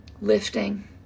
lifting